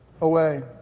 away